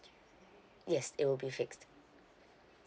yes it will be fixed